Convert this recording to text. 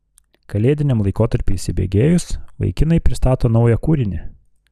kalėdiniam laikotarpiui įsibėgėjus vaikinai pristato naują kūrinį